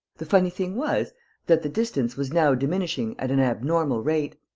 the funny thing was that the distance was now diminishing at an abnormal rate,